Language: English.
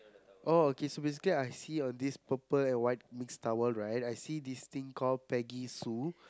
oh okay so basically I see on this purple and white mixed towel right I see this thing called Peggy Sue